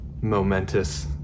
momentous